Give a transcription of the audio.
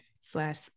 slash